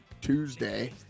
Tuesday